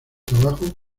trabajo